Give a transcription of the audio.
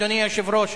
אדוני היושב-ראש,